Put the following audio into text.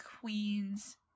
Queens